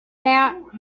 out